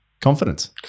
confidence